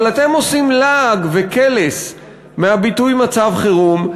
אבל אתם עושים לעג וקלס מהביטוי מצב חירום,